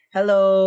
Hello